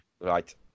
Right